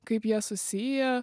kaip jie susiję